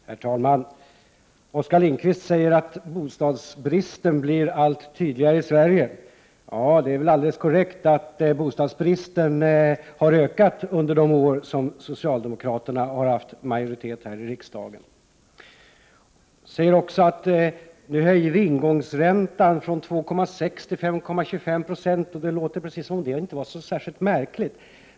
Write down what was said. Herr talman! Oskar Lindkvist säger att bostadsbristen blir allt påtagligare i Sverige. Ja, det är väl alldeles korrekt att bostadsbristen har ökat under de år som socialdemokraterna har haft majoritet här i riksdagen. Han säger också att man nu höjer ingångsräntan från 2,6 90 till 5,25 960 och får det att låta som om detta inte är särskilt märkligt.